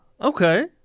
okay